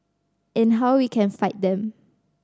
and how we can fight them